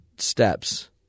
Steps